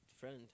friend